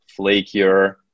flakier